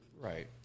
right